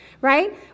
right